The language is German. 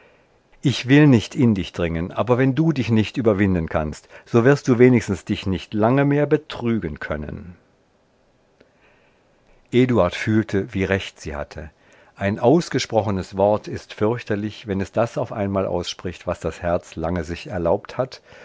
ich will nicht in dich dringen aber wenn du dich nicht überwinden kannst so wirst du wenigstens dich nicht lange mehr betriegen können eduard fühlte wie recht sie hatte ein ausgesprochnes wort ist fürchterlich wenn es das auf einmal ausspricht was das herz lange sich erlaubt hat